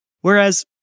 whereas